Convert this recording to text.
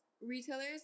retailers